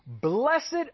blessed